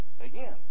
Again